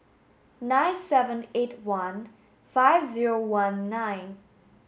nine seven eight one five zero one nine